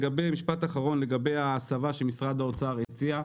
משפט אחרון לגבי ההסבה שמשרד האוצר הציע.